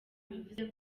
bivuze